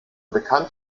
bekannt